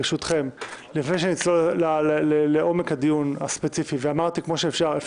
לפני שנצלול לעומק הדיון הספציפי הנייר סובל הכול,